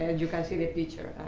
and you can see the picture.